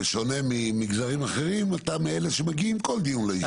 בשונה ממגזרים אחרים אתה מאלה שמגיעים כל דיון לישיבה.